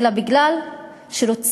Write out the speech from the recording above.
אלא בגלל שרוצים,